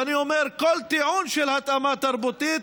ואני אומר: כל טיעון של התאמה תרבותית